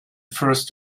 first